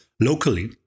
locally